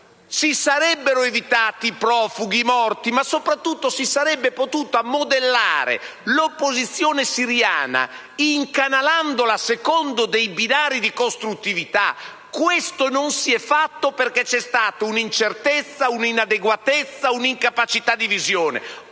si sarebbero evitati i profughi, i morti, ma soprattutto si sarebbe potuta modellare l'opposizione siriana incanalandola secondo binari costruttivi. Questo non si è fatto perché c'è stata un'incertezza, un'inadeguatezza, un'incapacità di visione.